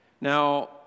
Now